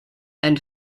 and